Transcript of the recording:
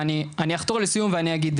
ואני אחתור לסיום ואני אגיד,